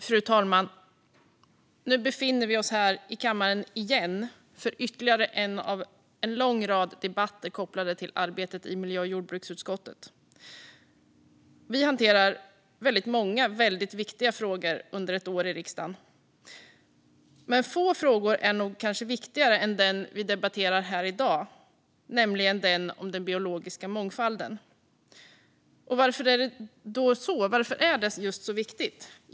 Fru talman! Nu befinner vi oss här i kammaren igen för ytterligare en debatt i den långa raden av debatter kopplade till arbetet i miljö och jordbruksutskottet. Vi hanterar väldigt många mycket viktiga frågor under ett år i riksdagen. Men det är nog få frågor som är viktigare än den vi debatterar i dag, nämligen den om den biologiska mångfalden. Varför är det då så? Varför är just detta så viktigt?